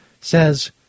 says